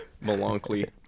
Melancholy